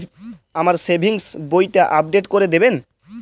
আমার সেভিংস বইটা আপডেট করে দেবেন?